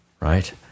right